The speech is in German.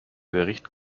gericht